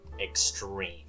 extreme